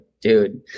dude